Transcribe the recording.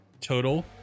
total